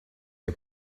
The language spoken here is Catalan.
que